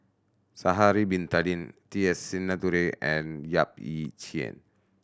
Sha'ari Bin Tadin T S Sinnathuray and Yap Ee Chian